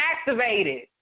activated